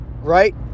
Right